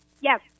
Yes